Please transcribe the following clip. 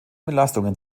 belastungen